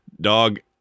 dog